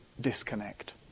disconnect